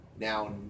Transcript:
now